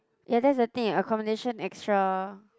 ya that's the thing accommodation extra